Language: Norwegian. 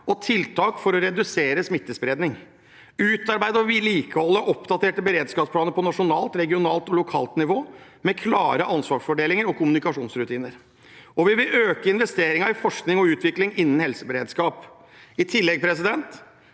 og tiltak for å redusere smittespredning. Vi vil utarbeide og vedlikeholde oppdaterte beredskapsplaner på nasjonalt, regionalt og lokalt nivå, med klare ansvarsfordelinger og kommunikasjonsrutiner. Vi vil øke investeringen i forskning og utvikling innen helseberedskap. I tillegg til de